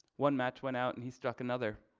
one match went out and he struck another.